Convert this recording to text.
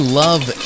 love